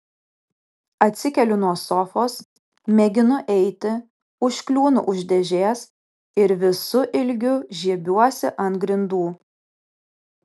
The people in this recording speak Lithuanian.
atsikeliu nuo sofos mėginu eiti užkliūnu už dėžės ir visu ilgiu žiebiuosi ant grindų